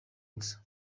gusa